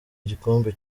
igikombe